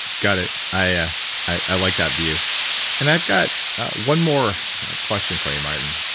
got it. i i like that view and i've got one more question for you, martin.